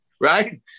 right